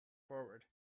forward